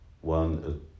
one